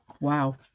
Wow